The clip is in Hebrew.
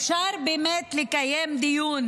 אפשר באמת לקיים דיון